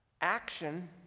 Action